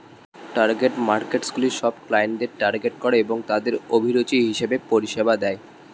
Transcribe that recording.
target মার্কেটসগুলি সব ক্লায়েন্টদের টার্গেট করে এবং তাদের অভিরুচি হিসেবে পরিষেবা দেয়